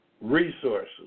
resources